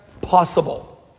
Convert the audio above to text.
possible